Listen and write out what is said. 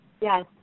Yes